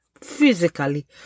physically